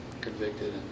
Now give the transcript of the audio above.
convicted